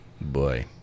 Boy